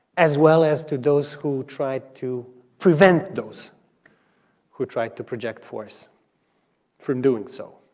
as well as to those who tried to prevent those who tried to project force from doing so.